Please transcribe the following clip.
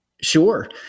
Sure